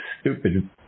stupid